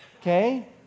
okay